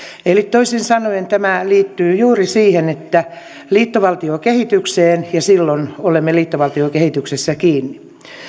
eli toisin sanoen tämä liittyy juuri liittovaltiokehitykseen ja silloin olemme liittovaltiokehityksessä kiinni